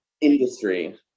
industry